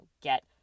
get